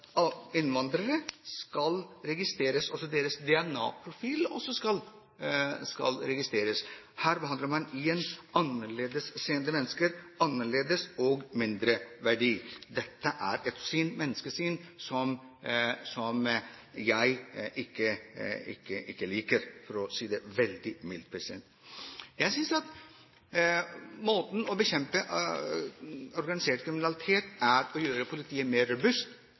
deres DNA-profil skal registreres. Her behandler man igjen annerledesutseende mennesker annerledes og som mindreverdige. Dette er et menneskesyn som jeg ikke liker, for å si det veldig mildt. Jeg tror at måten å bekjempe organisert kriminalitet på, er å gjøre politiet mer robust,